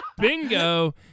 bingo